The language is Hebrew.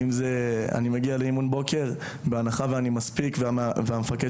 אני מגיע לאימון בוקר בהנחה שאני מספיק והמפקד